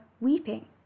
weeping